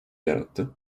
yarattı